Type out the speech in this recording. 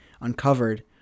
uncovered